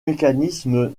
mécanismes